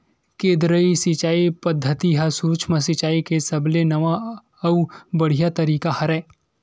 केदरीय सिचई पद्यति ह सुक्ष्म सिचाई के सबले नवा अउ बड़िहा तरीका हरय